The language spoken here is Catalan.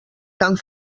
cant